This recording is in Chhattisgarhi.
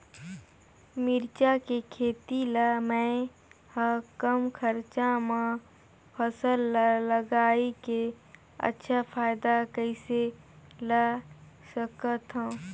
मिरचा के खेती ला मै ह कम खरचा मा फसल ला लगई के अच्छा फायदा कइसे ला सकथव?